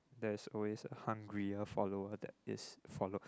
there is always a hungrier follower that is follow